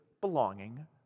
belonging